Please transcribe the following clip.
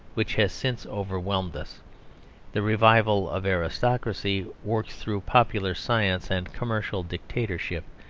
which has since overwhelmed us the revival of aristocracy worked through popular science and commercial dictatorship,